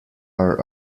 are